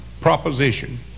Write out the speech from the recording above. proposition